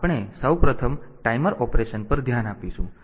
તેથી આપણે સૌપ્રથમ ટાઈમર ઓપરેશન પર ધ્યાન આપીશું